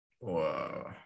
Wow